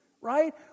right